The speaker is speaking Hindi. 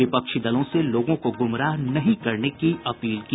विपक्षी दलों से लोगों को गुमराह नहीं करने की अपील की